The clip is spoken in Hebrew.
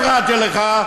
אתה דיברת, לא הפרעתי לך.